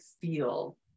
feel